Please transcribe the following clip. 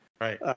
Right